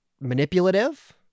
Manipulative